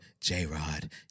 J-Rod